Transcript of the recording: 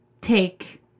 take